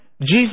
Jesus